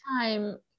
time